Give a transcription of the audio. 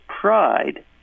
pride